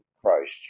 Christ